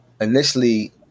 initially